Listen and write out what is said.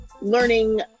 learning